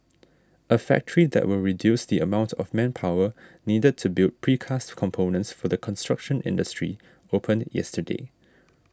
a factory that will reduce the amount of manpower needed to build precast components for the construction industry opened yesterday